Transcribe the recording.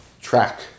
track